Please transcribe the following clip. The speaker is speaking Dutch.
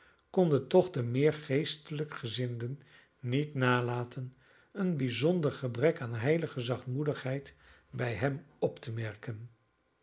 konden toch de meer geestelijkgezinden niet nalaten een bijzonder gebrek aan heilige zachtmoedigheid bij hem op te merken